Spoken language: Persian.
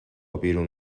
بیرون